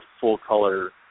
full-color